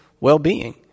well-being